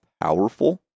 powerful